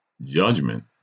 Judgment